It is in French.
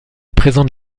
présente